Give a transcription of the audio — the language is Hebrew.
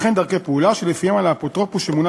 וכן דרכי פעולה שלפיהן על האפוטרופוס שמונה